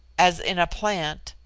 as in a plant,